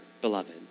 beloved